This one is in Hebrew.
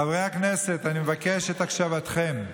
חברי הכנסת, אני מבקש את הקשבתכם.